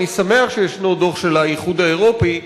אני שמח שישנו דוח של האיחוד האירופי,